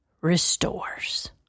restores